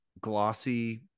glossy